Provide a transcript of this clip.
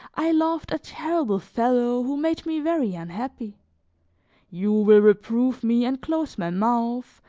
i loved a terrible fellow who made me very unhappy you will reprove me and close my mouth,